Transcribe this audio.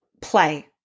play